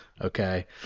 Okay